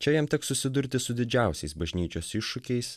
čia jam teks susidurti su didžiausiais bažnyčios iššūkiais